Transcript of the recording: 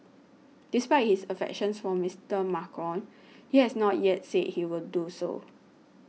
despite his affections for Mister Macron he has not yet said he will do so